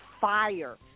fire